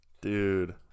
Dude